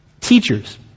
Teachers